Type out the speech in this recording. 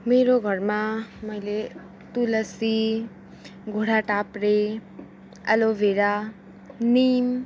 मेरो घरमा मैले तुलसी घोडा टाप्डे एलोभेरा म